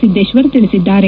ಸಿದ್ದೇಶ್ವರ್ ತಿಳಿಸಿದ್ದಾರೆ